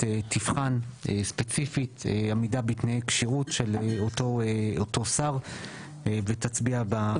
תבחן ספציפית עמידה בתנאי כשירות של אותו שר ותצביע בעניין הזה.